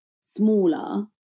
smaller